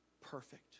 Perfect